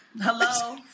hello